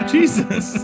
Jesus